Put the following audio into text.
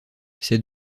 ces